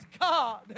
God